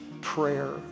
prayer